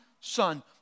Son